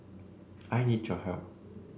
I need your help